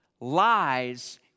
Lies